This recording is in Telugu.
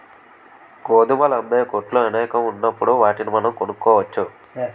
గోధుమలు అమ్మే కొట్లు అనేకం ఉన్నప్పుడు వాటిని మనం కొనుక్కోవచ్చు